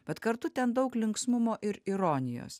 bet kartu ten daug linksmumo ir ironijos